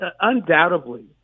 undoubtedly